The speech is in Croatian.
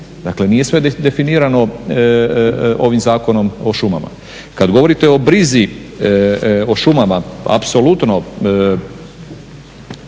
dakle nije sve definirano ovim Zakonom o šumama. Kad govorite o brizi o šumama, apsolutno